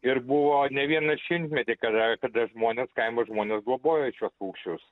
ir buvo ne vieną šimtmetį kada kada žmonės kaimo žmonės globojo šiuos paukščius